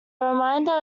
remainder